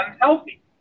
unhealthy